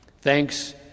thanks